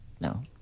no